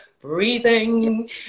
breathing